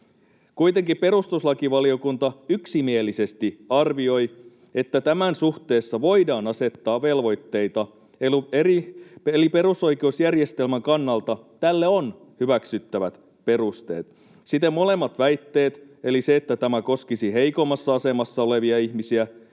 Kuitenkin perustuslakivaliokunta yksimielisesti arvioi, että tämän suhteessa voidaan asettaa velvoitteita, eli perusoikeusjärjestelmän kannalta tälle on hyväksyttävät perusteet. Siten molemmat väitteet, eli se, että tämä koskisi heikoimmassa asemassa olevia ihmisiä,